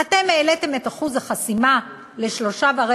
אתם העליתם את אחוז החסימה ל-3.25%,